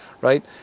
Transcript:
right